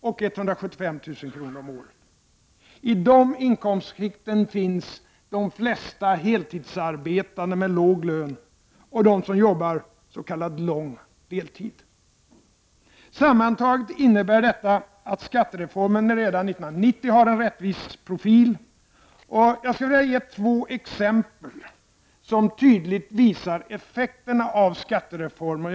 och 175 000 kr. om året. I de inkomstskikten finns de flesta heltidsarbetande med låg lön och de som jobbar s.k. lång deltid. Sammantaget innebär detta att skattereformen redan 1990 har en rättvis profil. Jag skulle vilja ge två exempel, som tydligt visar effekterna av skattereformen.